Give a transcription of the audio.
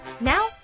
Now